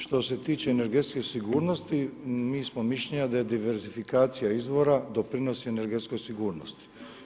Što se tiče energetske sigurnosti, mi smo mišljenja da je diverzifikacija izvora doprinosi energetskoj sigurnosti.